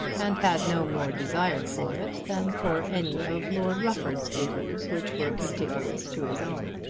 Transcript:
and had no more desire for it than for any of lord rufford's acres which were contiguous to his own.